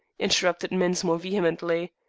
interrupted mensmore vehemently.